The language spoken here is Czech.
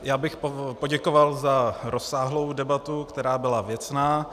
Já bych poděkoval za rozsáhlou debatu, která byla věcná.